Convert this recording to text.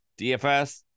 DFS